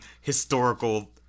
historical